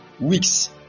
weeks